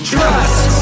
Trust